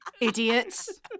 Idiots